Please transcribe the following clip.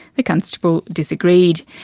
the constable disagreed.